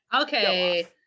Okay